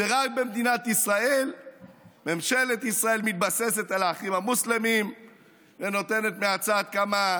ורק במדינת ישראל ממשלת ישראל מתבססת על האחים המוסלמים ונותנת מהצד כמה